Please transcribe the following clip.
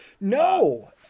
No